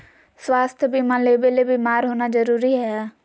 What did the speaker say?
स्वास्थ्य बीमा लेबे ले बीमार होना जरूरी हय?